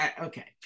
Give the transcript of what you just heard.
Okay